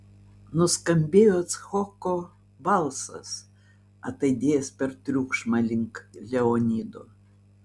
nuskambėjo icchoko balsas ataidėjęs per triukšmą link leonido